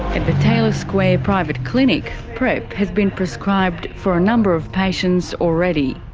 at the taylor square private clinic, prep has been prescribed for a number of patients already.